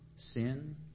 sin